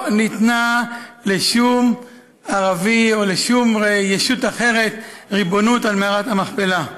לא ניתנה לשום ערבי או לשום ישות אחרת ריבונות על מערת המכפלה,